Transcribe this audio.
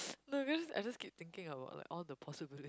no because I just keep thinking about like all the possibilities